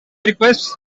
requests